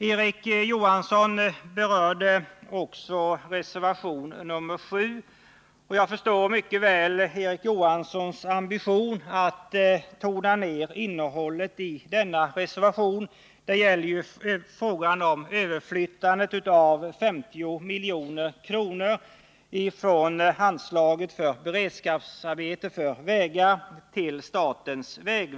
Erik Johansson berörde också reservation nr 7. Jag förstår mycket väl Erik Johanssons ambition att tona ned innehållet i denna reservation. Det är ju fråga om överflyttande till statens vägverk av 50 milj.kr. från beredskapsmedlen för vägprojekt.